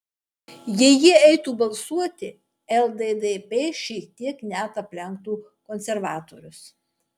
jei jie eitų balsuoti lddp šiek tiek net aplenktų konservatorius